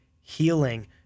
healing